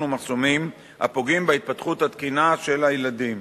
ומחסומים הפוגעים בהתפתחות התקינה של הילדים